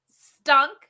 stunk